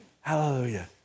hallelujah